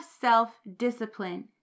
self-discipline